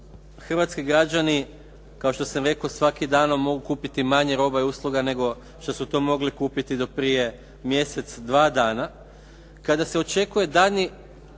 hrvatski građani, kao što sam rekao, svakim danom mogu kupiti manje roba i usluga nego što su to mogli kupiti do prije mjesec, dva dana, kada se očekuje daljnji